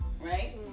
Right